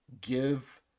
give